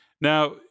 Now